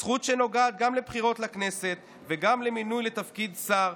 זכות שנוגעת גם לבחירות לכנסת וגם למינוי לתפקיד שר,